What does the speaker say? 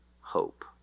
hope